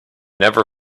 never